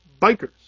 bikers